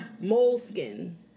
moleskin